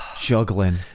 Juggling